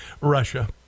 Russia